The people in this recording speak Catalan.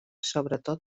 sobretot